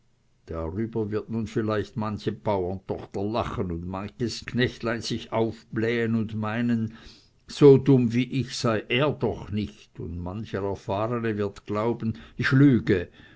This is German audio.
darüber wird nun vielleicht manche bauerntochter lachen und manches knechtlein sich aufblähen und meinen so dumm wie ich sei er doch nicht und mancher erfahrne wird glauben ich lüge